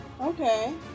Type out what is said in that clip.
Okay